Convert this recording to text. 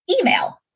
email